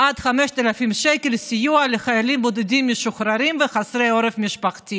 עד 5,000 שקל סיוע לחיילים בודדים משוחררים וחסרי עורף משפחתי